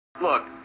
Look